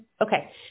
Okay